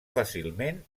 fàcilment